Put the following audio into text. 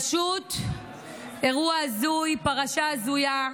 פשוט אירוע הזוי, פרשה הזויה,